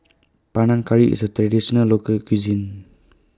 Panang Curry IS A Traditional Local Cuisine